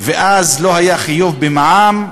ואז לא היה חיוב במע"מ,